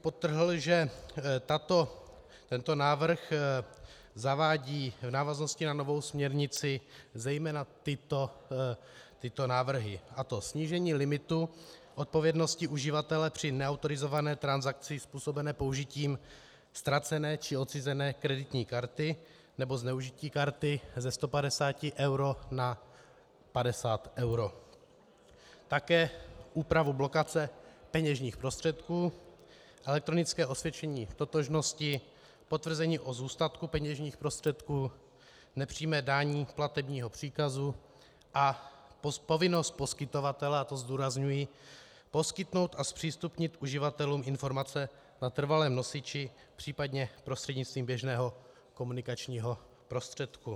Podtrhl bych, že tento návrh zavádí v závaznosti na novou směrnici zejména tyto návrhy, a to snížení limitu odpovědnosti uživatele při neautorizované transakci způsobené použitím ztracené či odcizené kreditní karty, nebo zneužití karty ze 150 euro na 50 euro, také úpravu blokace peněžních prostředků, elektronické osvědčení totožnosti, potvrzení o zůstatku peněžních prostředků, nepřímé dání platebního příkazu a povinnost poskytovatele, a to zdůrazňuji, poskytnout a zpřístupnit uživatelům informace na trvalém nosiči, případně prostřednictvím běžného komunikačního prostředku.